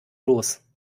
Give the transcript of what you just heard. los